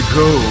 go